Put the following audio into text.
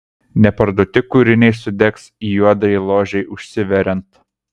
neparduoti kūriniai sudegs juodajai ložei užsiveriant